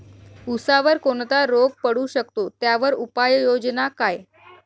ऊसावर कोणता रोग पडू शकतो, त्यावर उपाययोजना काय?